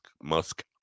musk